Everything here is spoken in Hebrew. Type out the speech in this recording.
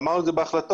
ואמרו את זה בהחלטות,